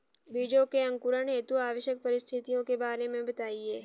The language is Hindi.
बीजों के अंकुरण हेतु आवश्यक परिस्थितियों के बारे में बताइए